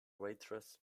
waitress